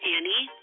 Annie